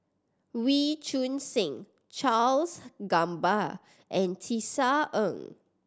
Wee Choon Seng Charles Gamba and Tisa Ng